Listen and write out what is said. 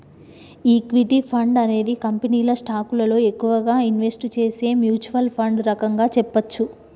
equity fund అనేది కంపెనీల స్టాకులలో ఎక్కువగా ఇన్వెస్ట్ చేసే మ్యూచ్వల్ ఫండ్ రకంగా చెప్పచ్చు